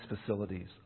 facilities